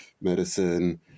medicine